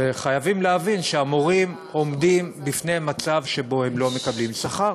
וחייבים להבין שהמורים עומדים בפני מצב שהם לא קבלים שכר,